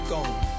Gone